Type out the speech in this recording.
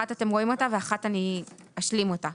אחת, אתם רואים אותה ואחת אני אשלים אותה.